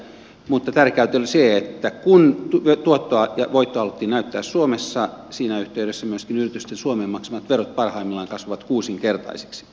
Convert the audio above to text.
mutta tärkeätä oli se että kun tuottoa ja voittoa haluttiin näyttää suomessa siinä yhteydessä myöskin yritysten suomeen maksamat verot parhaimmillaan kasvoivat kuusinkertaisiksi